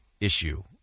issue